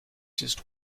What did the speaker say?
just